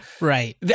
Right